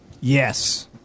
Yes